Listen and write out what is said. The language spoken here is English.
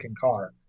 car